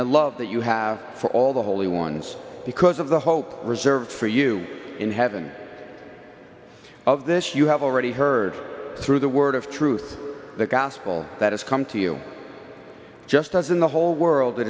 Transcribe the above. the love that you have for all the holy ones because of the hope reserved for you in heaven of this you have already heard through the word of truth the gospel that has come to you just as in the whole world that